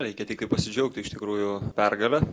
reikia tiktai pasidžiaugti iš tikrųjų pergale